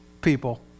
people